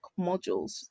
modules